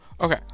okay